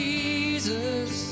Jesus